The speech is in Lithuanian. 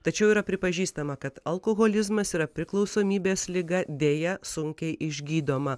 tačiau yra pripažįstama kad alkoholizmas yra priklausomybės liga deja sunkiai išgydoma